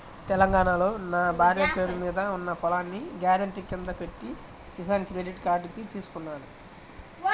తెలంగాణాలో నా భార్య పేరు మీద ఉన్న పొలాన్ని గ్యారెంటీ కింద పెట్టి కిసాన్ క్రెడిట్ కార్డుని తీసుకున్నాను